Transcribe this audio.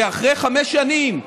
שאחרי חמש שנים,